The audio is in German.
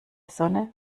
sonne